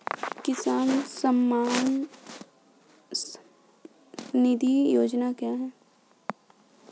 किसान सम्मान निधि योजना क्या है?